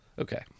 Okay